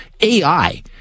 AI